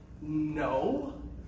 no